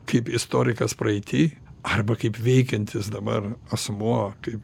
kaip istorikas praeity arba kaip veikiantis dabar asmuo kaip